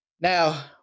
Now